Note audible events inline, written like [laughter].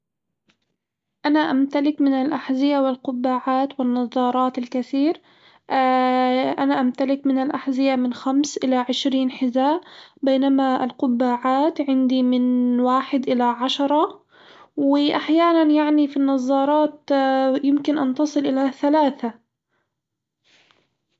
أنا أمتلك من الأحذية والقباعات والنظارات الكثير [hesitation] أنا أمتلك من الأحذية من خمس إلى عشرين حذاء، بينما القباعات عندي من واحد إلى عشرة، وأحيانًا يعني في النظارات [hesitation] يمكن أن تصل إلى ثلاثة.